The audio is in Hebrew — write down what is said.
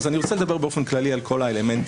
אני רוצה לדבר באופן כללי על כל האלמנטים